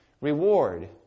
reward